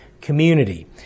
community